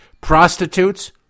prostitutes